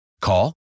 Call